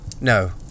No